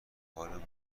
حال